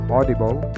Audible